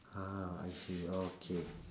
ah I see okay